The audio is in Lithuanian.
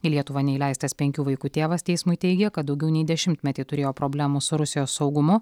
į lietuvą neįleistas penkių vaikų tėvas teismui teigė kad daugiau nei dešimtmetį turėjo problemų su rusijos saugumu